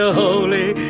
holy